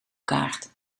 kaart